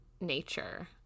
nature